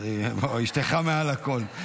אשתך מעל הכול.